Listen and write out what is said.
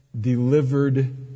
delivered